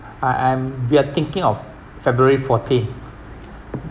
I I'm we're thinking of february fourteen